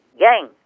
gang